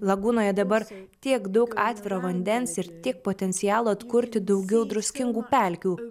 lagūnoje dabar tiek daug atviro vandens ir tiek potencialo atkurti daugiau druskingų pelkių